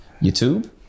YouTube